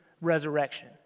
resurrection